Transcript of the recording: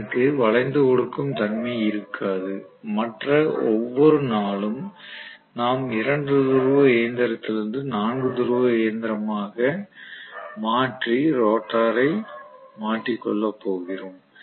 எனக்கு வளைந்து கொடுக்கும் தன்மை இருக்காது மற்ற ஒவ்வொரு நாளும் நாம் 2 துருவ இயந்திரத்திலிருந்து 4 துருவ இயந்திரமாக மாற்றி ரோட்டர்களை மாற்றிக் கொள்ளப் போகிறோம்